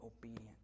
obedient